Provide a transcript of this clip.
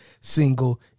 single